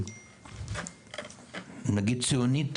נגיד ציונית,